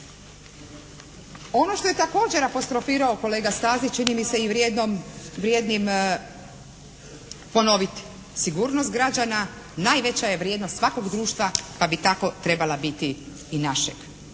Ono što je također apostrofirao kolega Stazić čini mi se i vrijednim ponoviti. Sigurnost građana najveća je vrijednost svakog društva, pa bi tako trebala biti i našeg.